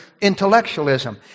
intellectualism